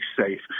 safe